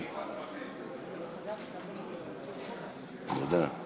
אדוני היושב-ראש, תודה רבה,